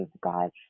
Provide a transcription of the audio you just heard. god